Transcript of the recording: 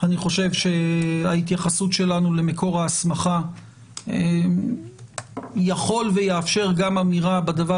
אני חושב שההתייחסות שלנו למקור ההסמכה יכול ויאפשר גם אמירה בדבר